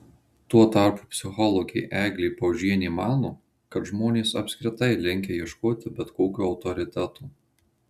tuo tarpu psichologė eglė paužienė mano kad žmonės apskritai linkę ieškoti bet kokių autoritetų